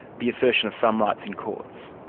the assertion of some rights in courts.